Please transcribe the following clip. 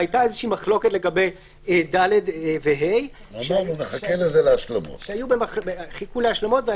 והייתה איזושהי מחלוקת לגבי (ד) ו-(ה) שחיכו להשלמות והיה